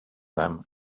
them